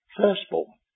firstborn